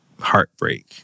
heartbreak